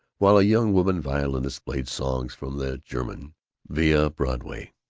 while a young woman violinist played songs from the german via broadway.